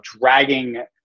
dragging